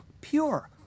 Pure